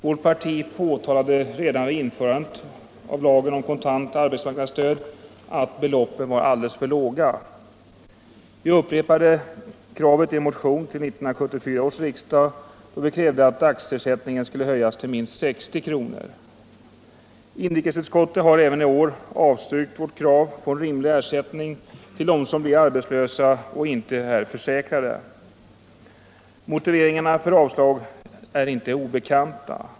Vårt parti påtalade redan vid införandet av lagen om kontant arbetsmarknadsstöd att beloppen var alldeles för låga. Vi återkom med motion till 1974 års riksdag, då vi krävde att dagsersättningen skulle höjas till minst 60 kr. Inrikesutskottet har även i år avstyrkt vårt krav på en rimlig ersättning till dem som blir arbetslösa och inte är försäkrade. Motiveringarna för avslag är inte obekanta.